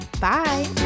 Bye